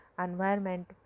environment